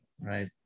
right